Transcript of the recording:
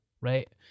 right